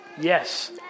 Yes